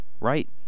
Right